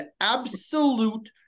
absolute